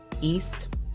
east